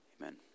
Amen